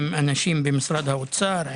עם אנשים במשרד האוצר,